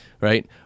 Right